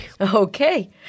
Okay